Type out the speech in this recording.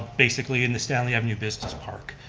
basically in the stanley avenue business park.